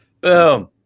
boom